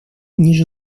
ниже